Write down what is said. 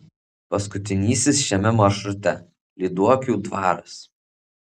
paskutinysis šiame maršrute lyduokių dvaras